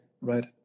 Right